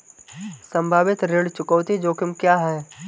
संभावित ऋण चुकौती जोखिम क्या हैं?